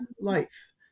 life